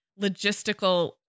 logistical